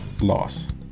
loss